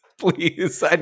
Please